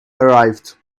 arrived